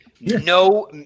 No